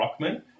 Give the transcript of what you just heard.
Rockman